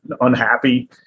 unhappy